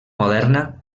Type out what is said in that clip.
moderna